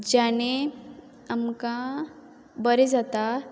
जेणे आमकां बरें जाता